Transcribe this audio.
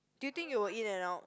do you think you will in and out